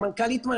סמנכ"לית,